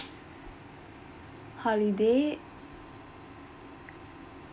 holiday